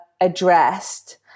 addressed